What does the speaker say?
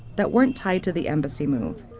that weren't tied to the embassy move.